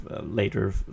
later